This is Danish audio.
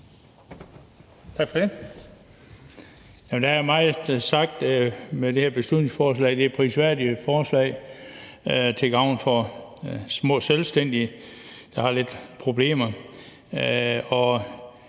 Tak for det. Der er sagt meget om det her beslutningsforslag, der er et prisværdigt forslag til gavn for små selvstændige, der har lidt problemer.